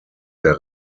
der